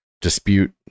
dispute